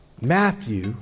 Matthew